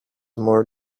more